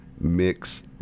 mix